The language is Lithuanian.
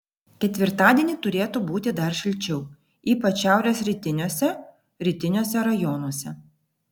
ketvirtadienį turėtų būti dar šilčiau ypač šiaurės rytiniuose rytiniuose rajonuose